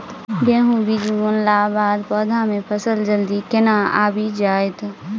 गेंहूँ बीज बुनला बाद पौधा मे फसल जल्दी केना आबि जाइत?